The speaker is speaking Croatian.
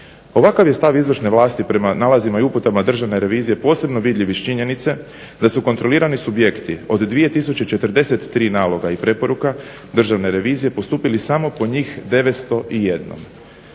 Ovakav je stav izvršne vlasti prema nalazima i uputama Državne revizije posebno vidljiv iz činjenice da su kontrolirani subjekti od 2043 naloga i preporuka Državne revizije postupili samo po njih 901,